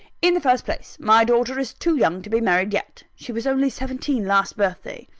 in the first place, my daughter is too young to be married yet. she was only seventeen last birthday.